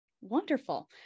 Wonderful